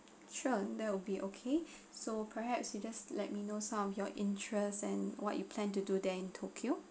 sure there will be okay so perhaps you just let me know some of your interest and what you plan to do there in tokyo